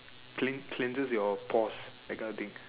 clean cleanser your pores that kind of thing